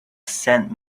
sent